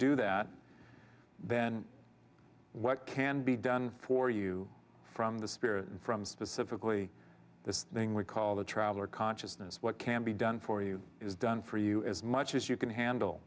do that then what can be done for you from the spear and from specifically this thing we call the traveler consciousness what can be done for you is done for you as much as you can handle